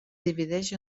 divideix